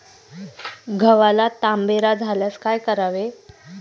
गव्हाला तांबेरा झाल्यास काय करावे?